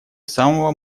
самого